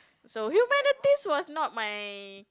so humanity was not my